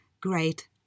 great